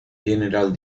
general